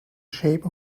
shape